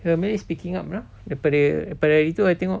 her malay is picking up daripada daripada hari tu I tengok